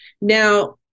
Now